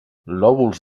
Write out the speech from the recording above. lòbuls